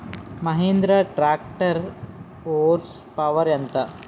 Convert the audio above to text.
Mahindra tractor horse power ఎంత?